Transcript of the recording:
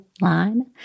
line